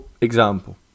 example